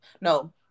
no